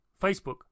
Facebook